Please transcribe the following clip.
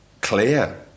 clear